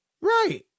Right